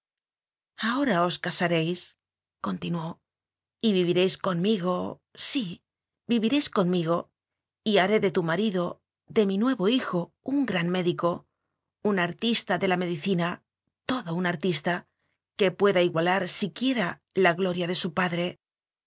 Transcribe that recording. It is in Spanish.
corazón ahorá os tasaréiscontinuóy vivi réis conmigo sí viviréis conmigo y haré de tu marido de mi nuevo hijo un gran médico un artista de la medicina todo un artista que pueda igualar siquiera la gloria de su padre